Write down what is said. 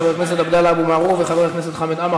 חבר הכנסת עבדאללה אבו מערוף וחבר הכנסת חמד עמאר,